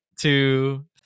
two